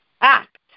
act